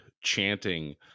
chanting